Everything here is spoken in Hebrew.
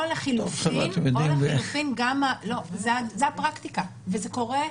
או לחילופין --- זה הפרקטיקה וזה קורה המון.